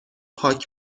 پاک